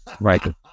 right